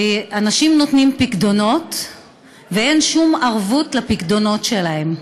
שאנשים נותנים פיקדונות ואין שום ערבות לפיקדונות שלהם.